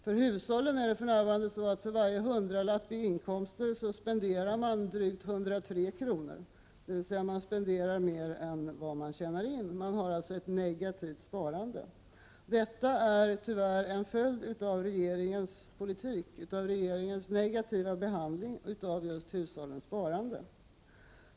För hushållens del är det för närvarande så att för varje hundralapp i inkomst spenderar man drygt 103 kr., dvs. man spenderar mer än vad man tjänar in. Man har således ett negativt sparande. Detta är tyvärr en följd av regeringens politik och av regeringens negativa behandling av just hushållens sparande.